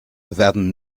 werden